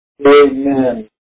Amen